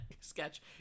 sketch